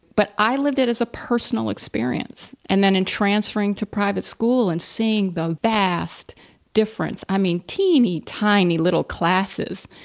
but i lived it as a personal experience. and then in transferring to private school and seeing the vast difference, i mean, teeny tiny little classes.